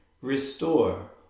Restore